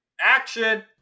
action